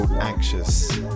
Anxious